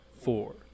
four